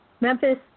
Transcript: Memphis